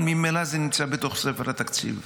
אבל ממילא זה נמצא בתוך ספר התקציב.